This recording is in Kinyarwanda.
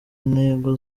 ntego